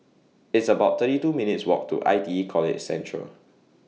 It's about thirty two minutes' Walk to I T E College Central